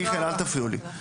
מיכאל, מיכאל אל תפריעו לי.